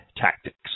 tactics